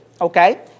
okay